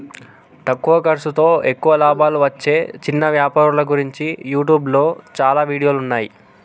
తక్కువ ఖర్సుతో ఎక్కువ లాభాలు వచ్చే చిన్న వ్యాపారాల గురించి యూట్యూబ్లో చాలా వీడియోలున్నయ్యి